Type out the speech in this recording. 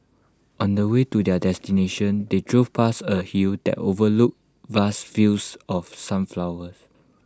on the way to their destination they drove past A hill that overlooked vast fields of sunflowers